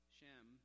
Shem